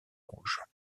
rouges